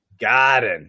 GARDEN